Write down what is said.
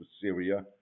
Syria